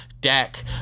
Dak